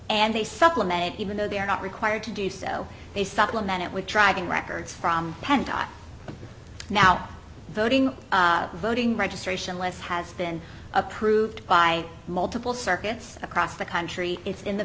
and they supplement it even though they are not required to do so they supplement it with driving records from pent up now voting voting registration lists has been approved by multiple circuits across the country it's in the